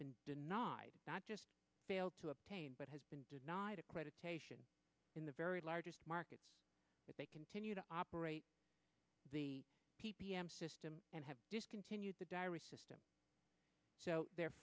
been denied not just failed to obtain but has been denied accreditation in the very largest market but they continue to operate the p p m system and have discontinued the diary system so they're